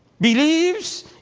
Believes